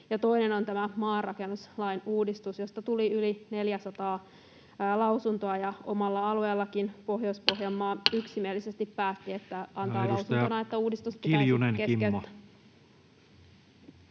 toinen on tämä maarakennuslain uudistus, josta tuli yli 400 lausuntoa, ja omalla alueellakin Pohjois-Pohjanmaa yksimielisesti päätti, että antaa lausuntona, että uudistus pitäisi keskeyttää.